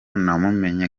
namumenye